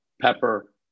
pepper